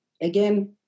again